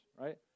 right